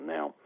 Now